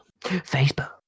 Facebook